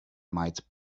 might